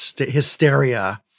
hysteria